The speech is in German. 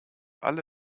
alle